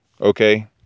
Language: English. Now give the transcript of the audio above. okay